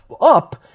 up